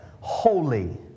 holy